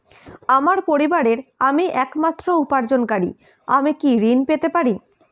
আমার পরিবারের আমি একমাত্র উপার্জনকারী আমি কি ঋণ পেতে পারি?